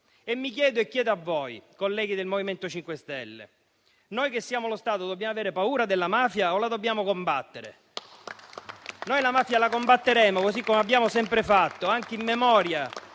e mi chiedo e chiedo a voi, colleghi del MoVimento 5 Stelle: noi che siamo lo Stato dobbiamo avere paura della mafia o la dobbiamo combattere? Noi la mafia la combatteremo così come abbiamo sempre fatto, anche in memoria